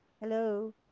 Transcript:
hello